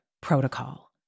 protocol